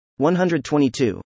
122